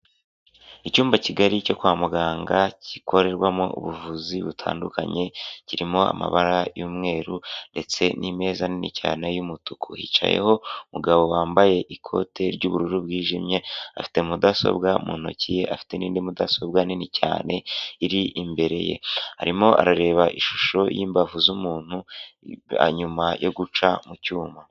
Icyumba kigari cyo kwa muganga, gikorerwamo ubuvuzi butandukanye, kirimo amabara y'umweru ndetse n'imeza nini cyane y'umutuku, hicayeho umugabo wambaye ikote ry'ubururu bwijimye, afite mudasobwa mu ntoki ye, afite n'indi mudasobwa nini cyane, iri imbere ye, arimo arareba ishusho y'imbavu z'umuntu nyuma yo guca mu cyuma.